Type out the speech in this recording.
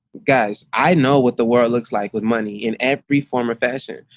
guys, i know what the world looks like with money in every form or fashion,